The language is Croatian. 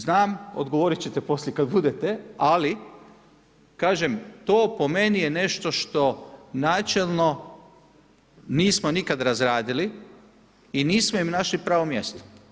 Znam, odgovoriti ćete poslije kada bude, ali kažem to po meni je nešto što načelno nismo nikad razradili i nismo im našli pravo mjesto.